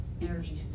energy